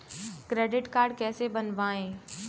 Credit card कैसे बनवाएँ?